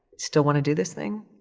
still wanna do this thing?